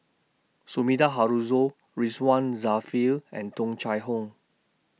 Sumida Haruzo Ridzwan Dzafir and Tung Chye Hong